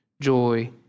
joy